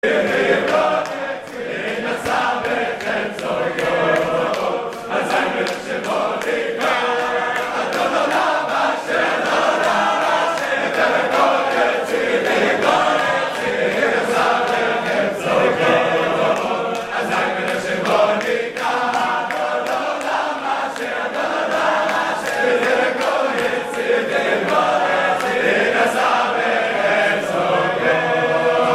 ועת נעשה בחפצו כל אזי מלך שמו נקרא אדון עולם אשר מלך בטרם כל יציר נברא ועת נעשה בחפצו כל אזי מלך שמו נקרא אדון עולם אשר מלך בטרם כל יציר נברא ועת נעשה בחפצו כל...